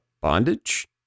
bondage